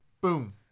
Boom